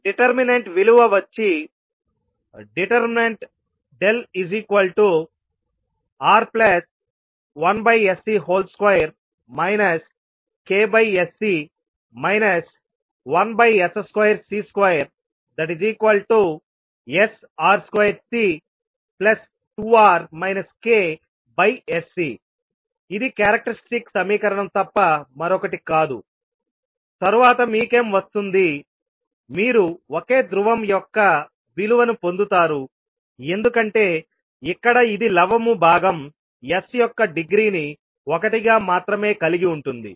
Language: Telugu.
డెటెర్మినెంట్ విలువ వచ్చి ∆R1sC2 ksC 1s2C2sR2C2R ksC ఇది క్యారెక్టర్స్టిక్ సమీకరణం తప్ప మరొకటి కాదు తరువాత మీకేం వస్తుంది మీరు ఒకే ధ్రువం యొక్క విలువను పొందుతారు ఎందుకంటే ఇక్కడ ఇది లవము భాగం S యొక్క డిగ్రీని 1 గా మాత్రమే కలిగి ఉంటుంది